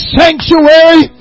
sanctuary